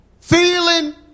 Feeling